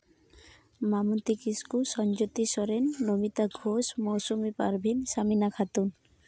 Umabati Kisku Sajjati Soren Namita Ghosh Mousumi Parveen Samina Khatun